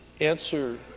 answer